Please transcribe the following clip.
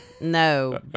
no